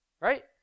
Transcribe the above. Right